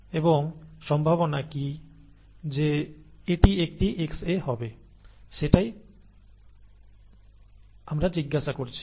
এবং সম্ভাবনা কি যে এটি একটি Xa হবে সেটাই আমরা জিজ্ঞাসা করছি